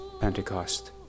Pentecost